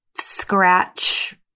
scratch